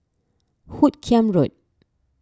Hoot Kiam Road